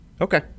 Okay